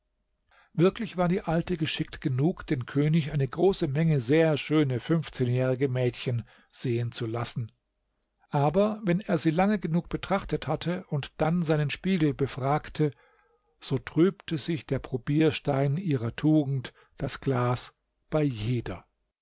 wirklich war die alte geschickt genug den könig eine große menge sehr schöne fünfzehnjährige mädchen sehen zu lassen aber wenn er sie lange genug betrachtet hatte und dann seinen spiegel befragte so trübte sich der probierstein ihrer tugend das glas bei jeder